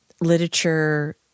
literature